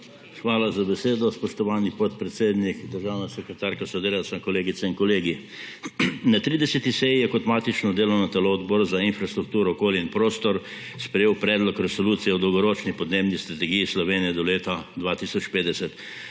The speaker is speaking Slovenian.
Hvala za besedo, spoštovani podpredsednik. Državna sekretarka s sodelavcem, kolegice in kolegi! Na 30. seji je kot matično delovno telo Odbor za infrastrukturo, okolje in prostor sprejel Predlog resolucije o Dolgoročni podnebni strategiji Slovenije do leta 2050.